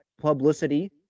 publicity